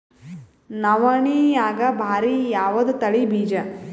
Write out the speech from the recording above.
ನವಣಿಯಾಗ ಭಾರಿ ಯಾವದ ತಳಿ ಬೀಜ?